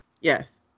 Yes